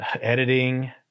editing